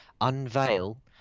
unveil